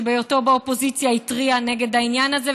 שבהיותו באופוזיציה התריע נגד העניין הזה,